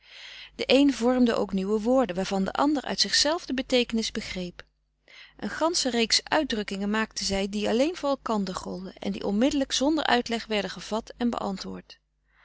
de een vormde ook nieuwe woorden waarvan de ander uit zich zelf de beteekenis begreep een gansche reeks uitdrukkingen maakten zij die alleen voor elkander golden en die onmiddelijk zonder uitleg werden gevat en beantwoord